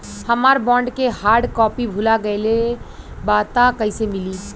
हमार बॉन्ड के hard copy भुला गएलबा त कैसे मिली?